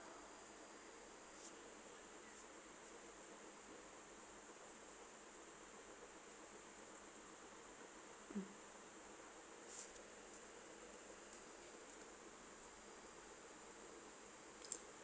mm